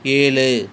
ஏழு